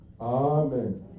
Amen